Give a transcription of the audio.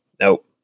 nope